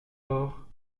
hors